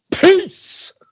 Peace